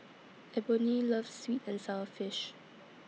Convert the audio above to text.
Eboni loves Sweet and Sour Fish